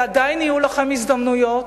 ועדיין יהיו לכם הזדמנויות,